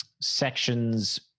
sections